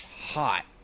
Hot